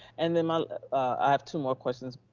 and then i have two more questions.